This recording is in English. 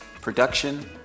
production